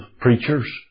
preachers